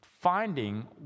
finding